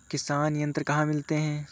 किसान यंत्र कहाँ मिलते हैं?